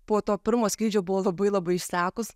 po to pirmo skrydžio buvo labai labai išsekusi